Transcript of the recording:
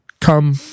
Come